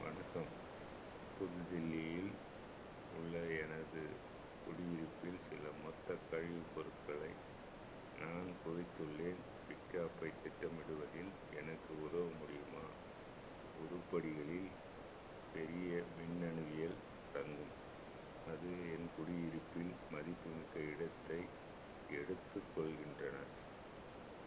வணக்கம் புதுடெல்லியில் உள்ள எனது குடியிருப்பில் சில மொத்தக் கழிவுப் பொருட்களை நான் குவித்து உள்ளேன் ஆப்பை திட்டமிடுவதில் எனக்கு உதவ முடியுமா உறுப்படிகளில் பெரிய மின்னணுவியல் தங்கும் அது என் குடியிருப்பில் மதிப்பு மிக்க இடத்தை எடுத்துக்கொள்கின்றன